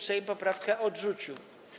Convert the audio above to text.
Sejm poprawkę odrzucił.